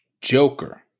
Joker